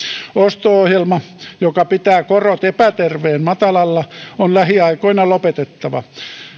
osto ohjelma joka pitää korot epäterveen matalalla on lähiaikoina lopetettava